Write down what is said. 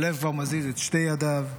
שליו כבר מזיז את שתי ידיו,